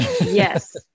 yes